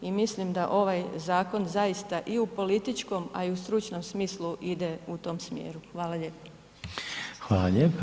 I mislim da ovaj zakon zaista i u političkom, a i u stručnom smislu ide u tom smjeru.